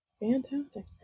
fantastic